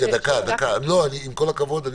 עם כל הכבוד,